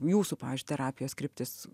jūsų pavyzdžiui terapijos kryptis